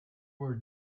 were